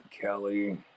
Kelly